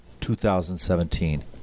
2017